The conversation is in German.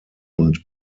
und